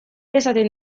esaten